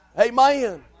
Amen